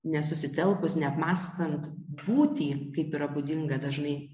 nesusitelkus neapmąstant būtį kaip yra būdinga dažnai